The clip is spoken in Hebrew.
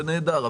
זה נהדר,